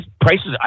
prices